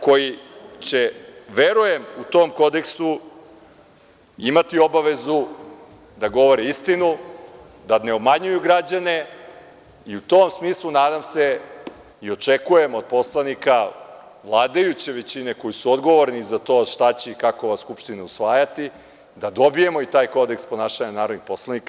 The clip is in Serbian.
koji će verujem u tom kodeksu imati obavezu da govore istinu, da ne obmanjuje građane i u tom smislu nadam se i očekujem od poslanika vladajuće većine koji su odgovorni za to šta će i kako će ova Skupština usvajati da dobijemo taj kodeks ponašanja narodnih poslanika.